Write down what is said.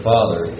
Father